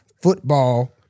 football